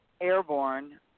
airborne